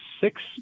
six